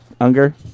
Unger